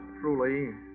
truly